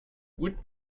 gut